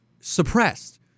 suppressed